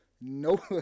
Nope